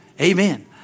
Amen